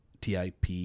TIP